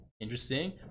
Interesting